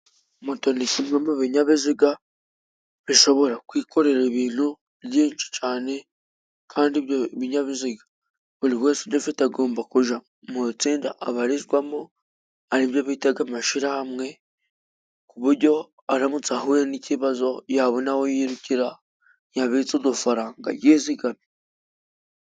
Moto ni kimwe mu binyabiziga bishobora kwikorera ibintu byinshi cane, kandi ibyo binyabiziga buri wese ugifite agomba kuja mu tsinda abarizwamo ari byo bitaga amashirahamwe ku bujyo aramutse ahuye n'ikibazo yabona aho yirukira yabitse udufaranga yizigamye.